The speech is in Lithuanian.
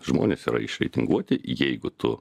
žmonės yra išreitinguoti jeigu tu